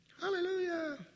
Hallelujah